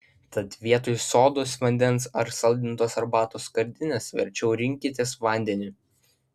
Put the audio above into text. tad vietoj sodos vandens ar saldintos arbatos skardinės verčiau rinkitės vandenį